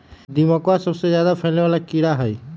दीमकवा सबसे ज्यादा फैले वाला कीड़ा हई